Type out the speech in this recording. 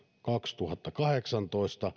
kaksituhattakahdeksantoista